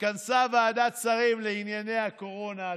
התכנסה ועדת שרים לענייני הקורונה,